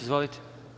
Izvolite.